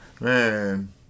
Man